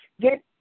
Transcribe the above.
Get